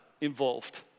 involved